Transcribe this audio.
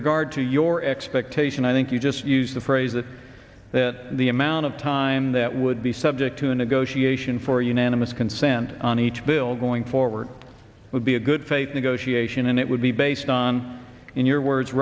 regard your expectation i think you just used the phrase that that the amount of time that would be subject to negotiation for unanimous consent on each bill going forward would be a good faith negotiation and it would be based on in your words